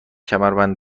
کمربند